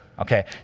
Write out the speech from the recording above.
Okay